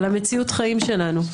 על מציאות החיים שלנו.